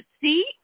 see